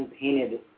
painted